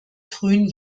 frühen